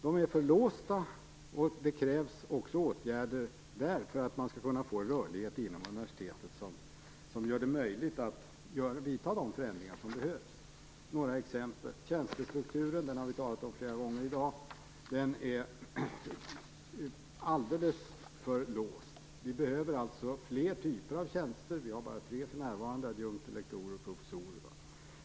De är för låsta. Det krävs också åtgärder för att man skall få en rörlighet inom universitetet som gör det möjligt att vidta de förändringar som behövs. Några exempel: Tjänstestrukturen har vi talat om flera gånger i dag. Den är alldeles för låst. Vi behöver alltså fler typer av tjänster. Vi har bara tre för närvarande: adjunkter, lektorer och professorer.